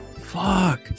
Fuck